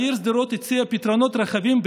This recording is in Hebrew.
העיר שדרות הציעה פתרונות רחבים,